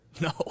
No